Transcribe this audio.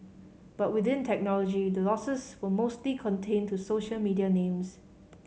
but within technology the losses were mostly contained to social media names